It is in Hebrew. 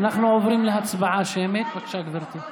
אז הצבעה שמית, בבקשה.